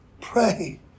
Pray